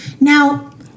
Now